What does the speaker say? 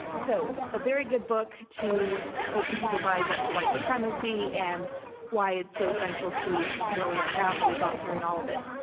so, a very good book to open people's eyes up to white supremacy and why it's so essential to where we are now, how we got here and all of it.